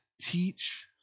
teach